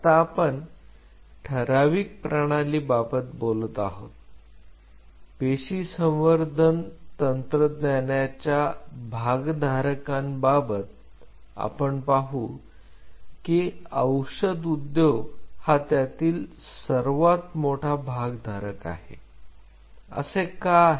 आता आपण ठराविक प्रणालीबाबत बोलत आहोत पेशी संवर्धन तंत्रज्ञानाच्या भागधारकां बाबत आपण पाहू की औषध उद्योग हा त्यातील सर्वात मोठा भाग धारक आहे असे का आहे